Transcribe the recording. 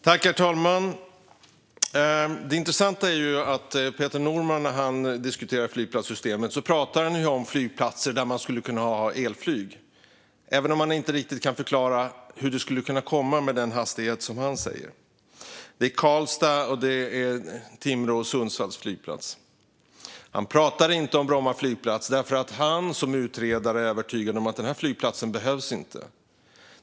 Herr talman! Det intressanta är att när Peter Norman diskuterar flygplatssystemet pratar han om flygplatser där det kan finnas elflyg, även om han inte riktigt kan förklara hur de ska tas fram med den hastighet han säger. Det handlar om Karlstad flygplats och Sundsvall-Timrå flygplats. Peter Norman pratar inte om Bromma flygplats därför att han som utredare är övertygad om att den flygplatsen inte behövs.